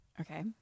okay